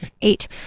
Eight